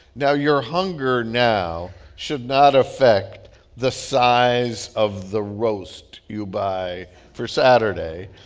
now, your hunger now should not affect the size of the roast you buy for saturday,